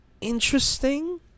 interesting